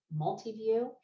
Multiview